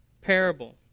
parable